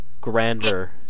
grander